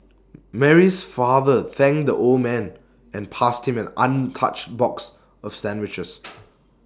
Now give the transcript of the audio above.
Mary's father thanked the old man and passed him an untouched box of sandwiches